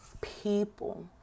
people